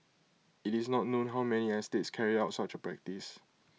IT is not known how many other estates carried out such A practice